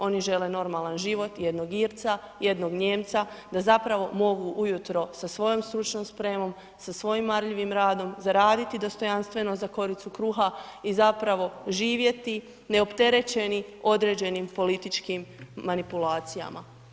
Oni žele normalan život jednog Irca, jednog Nijemca da zapravo mogu ujutro sa svojoj stručnom spremom, sa svojim marljivim radom zaraditi dostojanstveno za koricu kruha i zapravo živjeti neopterećeni određenim političkim manipulacijama.